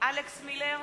אלכס מילר,